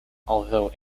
although